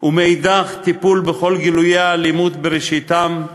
ומנגד, טיפול בכל גילויי האלימות בראשיתם,